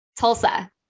Tulsa